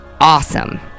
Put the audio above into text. awesome